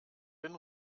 den